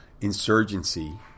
insurgency